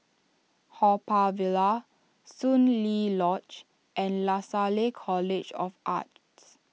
Haw Par Villa Soon Lee Lodge and Lasalle College of Arts